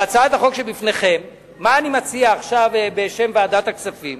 בהצעת החוק שלפניכם, אני מציע בשם ועדת הכספים